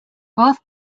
both